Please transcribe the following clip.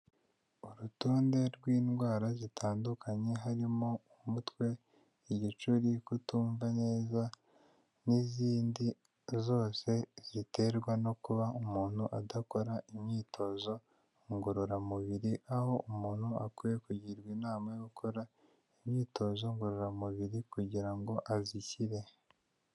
Urutonde rw'indwara zitandukanye harimo umutwe, igicuri, kutumva neza, n'izindi zose ziterwa no kuba umuntu adakora imyitozo ngororamubiri aho umuntu akwiye kugirwa inama yo gukora imyitozo ngororamubiri kugira ngo azishyire.